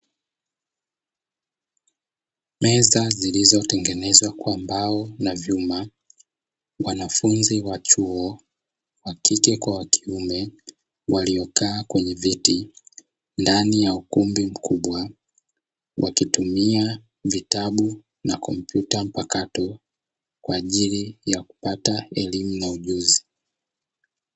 Meza zilizotengenezwa kwa mbao na vyuma; wanafunzi wa chuo wa kike kwa wa kiume, waliokaa kwenye viti ndani ya ukumbi mkubwa, wakitumia vitabu na kompyuta mpakato kwa ajili ya kupata elimu na ujuzi.